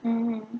mm